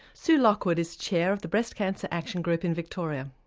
sue lockwood is chair of the breast cancer action group in victoria.